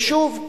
ושוב,